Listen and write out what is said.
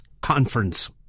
Conference